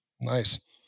Nice